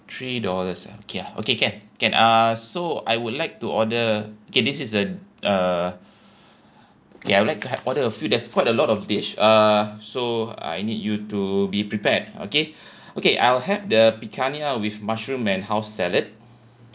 three dollars ah okay ah okay can can uh so I would like to order okay this is a uh okay I'll like to have order a few there's quite a lot of dish uh so I need you to be prepared okay okay I'll have the picanha with mushroom and house salad